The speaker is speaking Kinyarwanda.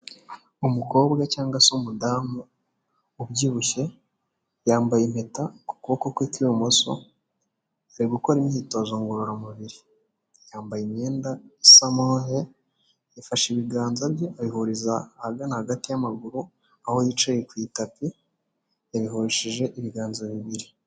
Umukobwa cyangwa se umudamu ubyibushye yambaye impeta ku kuboko kwe kw'ibumoso, ari gukora imyitozo ngororamubiri, yambaye imyenda isa move, yafashe ibiganza bye abihuriza ahagana hagati y'amaguru aho yicaye ku itapi yabihurishije ibiganza bibiri.